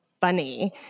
funny